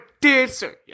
dancer